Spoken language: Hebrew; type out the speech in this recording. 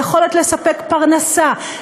היכולת לספק פרנסה,